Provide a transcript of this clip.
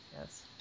Yes